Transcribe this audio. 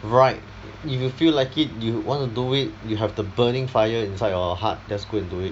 write if you feel like it you want to do it you have the burning fire inside your heart just go and do it